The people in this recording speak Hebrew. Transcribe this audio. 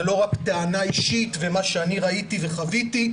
זה לא רק טענה אישית ומה שאני ראיתי וחוויתי,